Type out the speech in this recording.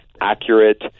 accurate